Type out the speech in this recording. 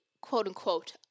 quote-unquote